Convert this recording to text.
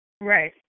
Right